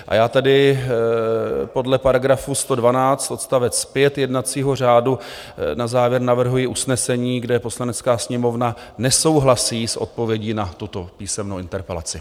A já tedy podle § 112 odst. 5 jednacího řádu na závěr navrhuji usnesení, kde Poslanecká sněmovna nesouhlasí s odpovědí na tuto písemnou interpelaci.